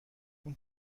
اون